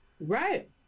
right